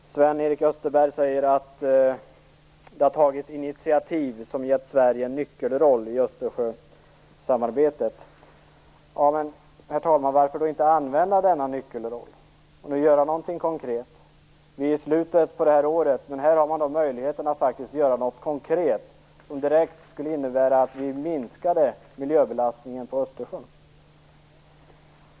Herr talman! Sven-Erik Österberg sade att det har tagits initiativ som gett Sverige en nyckelroll i Östersjösamarbetet. Men varför då inte använda denna nyckelroll och göra någonting konkret? Vi befinner oss i slutet av året, men här har man möjlighet att faktiskt göra något konkret, som direkt skulle innebära att vi minskade miljöbelastningen på Östersjön.